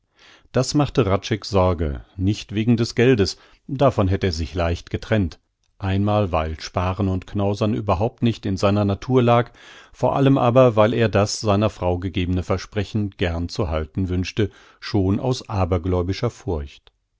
das machte hradscheck sorge nicht wegen des geldes davon hätt er sich leicht getrennt einmal weil sparen und knausern überhaupt nicht in seiner natur lag vor allem aber weil er das seiner frau gegebene versprechen gern zu halten wünschte schon aus abergläubischer furcht